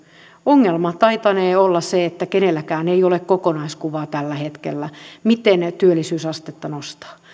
ongelma taitanee olla se että kenelläkään ei ole tällä hetkellä kokonaiskuvaa miten työllisyysastetta nostaa